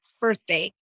birthday